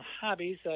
hobbies